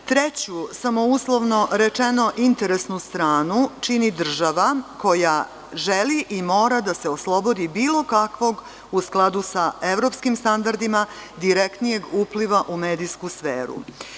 Treću samo uslovno rečeno interesnu stranu čini država koja želi i mora da se oslobodi bilo kakvog, u skladu sa evropskim standardima, direktnijeg upliva u medijsku sferu.